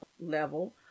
level